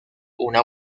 una